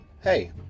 hey